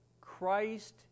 Christ